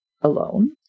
alone